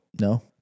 No